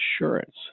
insurance